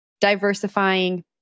diversifying